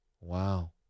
Wow